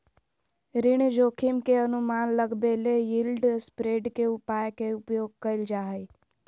ऋण जोखिम के अनुमान लगबेले यिलड स्प्रेड के उपाय के उपयोग कइल जा हइ